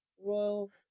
Royal